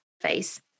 face